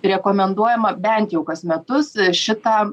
rekomenduojama bent jau kas metus šitą